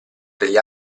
degli